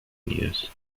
unidos